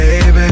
baby